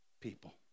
people